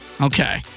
Okay